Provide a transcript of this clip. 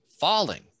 falling